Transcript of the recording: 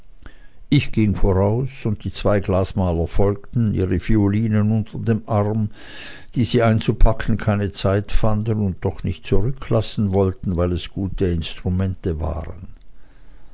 ich ging voraus und die zwei glasmaler folgten ihre violinen unter dem arm die sie einzupacken keine zeit fanden und doch nicht zurücklassen wollten weil es gute instrumente waren